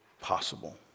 possible